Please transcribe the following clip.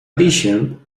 addition